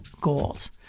goals